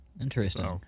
Interesting